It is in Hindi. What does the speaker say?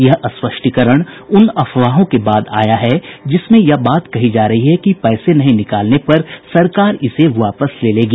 यह स्पष्टीकरण उन अफवाहों के बाद आया है जिसमें यह बात कही जा रही है कि पैसे नहीं निकालने पर सरकार इसे वापस ले लेगी